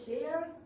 share